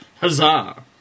Huzzah